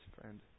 friend